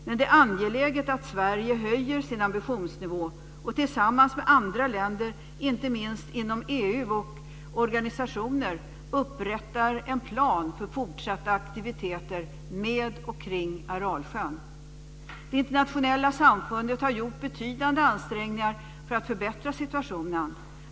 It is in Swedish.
Men det är angeläget att Sverige höjer sin ambitionsnivå och tillsammans med andra länder, inte minst inom EU och andra organisationer, upprättar en plan för fortsatta aktiviteter kring Aralsjön. Det internationella samfundet har gjort betydande ansträngningar för att förbättra situationen.